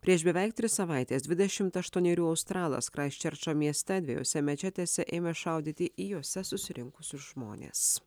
prieš beveik tris savaites dvidešimt aštuonerių australas kraistčerčo mieste dviejose mečetėse ėmė šaudyti į jose susirinkusius žmones